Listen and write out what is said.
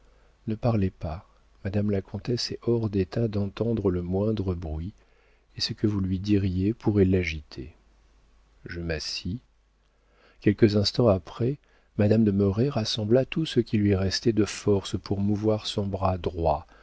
ne parlez pas madame la comtesse est hors d'état d'entendre le moindre bruit et ce que vous lui diriez pourrait l'agiter je m'assis quelques instants après madame de merret rassembla tout ce qui lui restait de forces pour mouvoir son bras droit